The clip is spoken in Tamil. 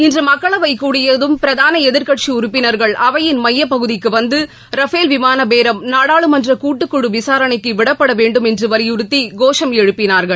இன்று மக்களவை கூடியதும் பிரதான எதிர்க்கட்சி உறுப்பினர்கள் அவையின் மையப்பகுதிக்கு வந்து ர்ஃபேல் விமான பேரம் நாடாளுமன்ற கூட்டுக்குழு விசாரணைக்கு விடப்பட வேண்டுமென்ற வலியுறத்தி கோஷம் எழுப்பினார்கள்